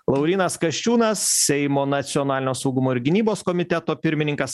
laurynas kasčiūnas seimo nacionalinio saugumo ir gynybos komiteto pirmininkas